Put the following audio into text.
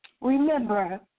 Remember